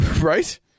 Right